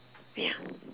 ya